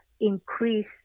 increase